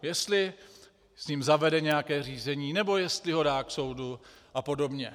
Jestli s ním zavede nějaké řízení, nebo jestli ho dá k soudu apod.